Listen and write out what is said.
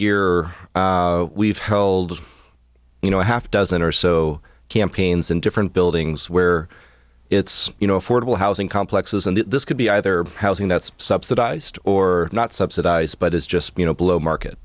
year we've held you know a half dozen or so campaigns in different buildings where it's you know affordable housing complexes and that this could be either housing that's subsidized or not subsidized but is just you know below market